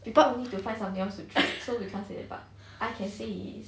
people who need to find something else to treat so we can't say but I can say it is